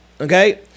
okay